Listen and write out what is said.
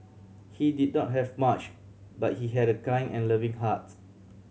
he did not have much but he had a kind and loving heart